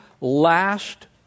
last